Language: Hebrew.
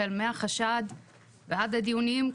החל מהחשד ועד הדיונים,